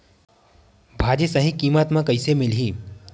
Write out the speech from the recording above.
भाजी सही कीमत कइसे मिलही?